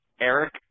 Eric